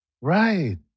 Right